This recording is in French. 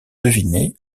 deviner